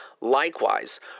Likewise